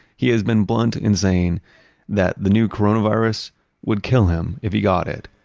he has been blunt in saying that the new coronavirus would kill him if he got it.